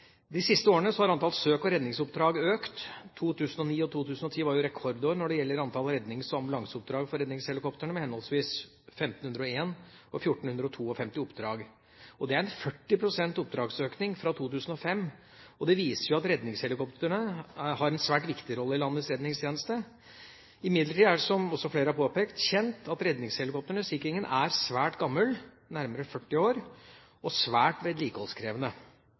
De siste årene har antallet søke- og redningsoppdrag økt. 2009 og 2010 var rekordår når det gjelder antall rednings- og ambulanseoppdrag for redningshelikoptrene, med henholdsvis 1 501 og 1 452 oppdrag. Det er 40 pst. oppdragsøkning fra 2005, og det viser at redningshelikoptrene har en svært viktig rolle i landets redningstjeneste. Imidlertid er det, som flere har påpekt, kjent at Sea King-redningshelikoptrene er svært gamle – nærmere 40 år – og svært vedlikeholdskrevende.